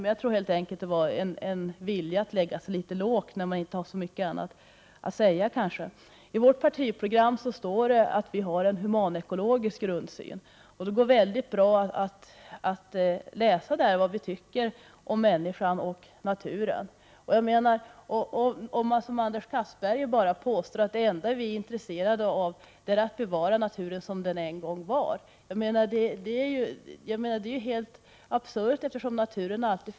Men jag tror helt enkelt att det var en vilja att lägga sig litet lågt när man inte har så mycket annat att säga. I vårt partiprogram står det att vi har en human-ekologisk grundsyn. Det går mycket bra att läsa om vad vi tycker om människan och naturen. Anders Castberger påstår att det enda vi är intresserade av är att bevara naturen som den en gång var, vilket är helt absurt. Naturen förändras ju alltid.